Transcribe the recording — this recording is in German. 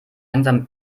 langsam